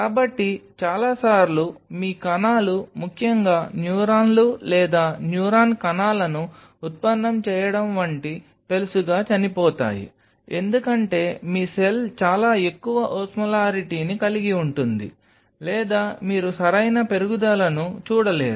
కాబట్టి చాలా సార్లు మీ కణాలు ముఖ్యంగా న్యూరాన్లు లేదా న్యూరాన్ కణాలను ఉత్పన్నం చేయడం వంటి పెళుసుగా చనిపోతాయి ఎందుకంటే మీ సెల్ చాలా ఎక్కువ ఓస్మోలారిటీని కలిగి ఉంటుంది లేదా మీరు సరైన పెరుగుదలను చూడలేరు